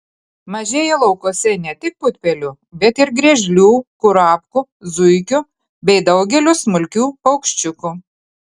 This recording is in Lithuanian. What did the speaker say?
mažėja laukuose ne tik putpelių bet ir griežlių kurapkų zuikių bei daugelio smulkių paukščiukų